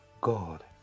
God